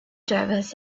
drivers